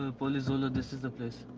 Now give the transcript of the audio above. palizzolo, this is the place.